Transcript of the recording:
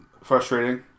frustrating